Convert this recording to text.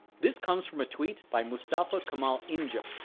this comes from a tweet by mustafa kemal ince.